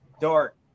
dark